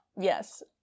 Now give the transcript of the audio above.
Yes